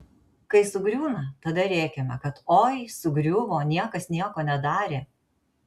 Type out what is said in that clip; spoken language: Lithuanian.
kai sugriūna tada rėkiame kad oi sugriuvo niekas nieko nedarė